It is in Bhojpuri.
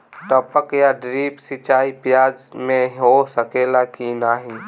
टपक या ड्रिप सिंचाई प्याज में हो सकेला की नाही?